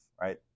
right